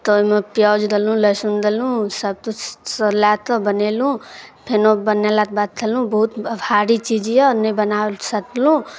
तऽ ओइमे प्याउज देलहुँ लहसुन देलहुँ सबकिछुसँ लए कऽ बनेलहुँ फेनो बनेलाके बाद खेलहुँ बहुत भारी चीज यऽ नहि बनाओल सकलहुँ